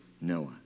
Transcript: Noah